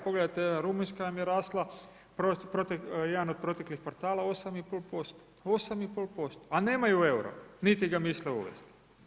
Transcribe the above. Pogledajte Rumunjska vam je rasla jedan od proteklih kvartala 8,5%, 8,5% a nemaju EUR-o niti ga misle uvesti.